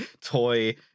toy